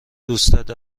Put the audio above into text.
دوستت